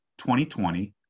2020